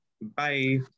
Bye